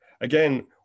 Again